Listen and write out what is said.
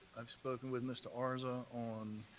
i've spoken with mr. arza on